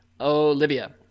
olivia